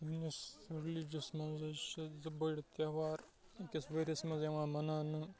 میٛٲنِس رِلِجَس منٛز حظ چھِ زٕ بٔڑۍ تیٚہوار أکِس ؤریَس منٛز یِوان مَناونہٕ